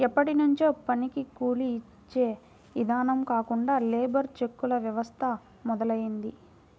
ఎప్పట్నుంచో పనికి కూలీ యిచ్చే ఇదానం కాకుండా లేబర్ చెక్కుల వ్యవస్థ మొదలయ్యింది